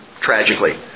tragically